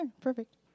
perfect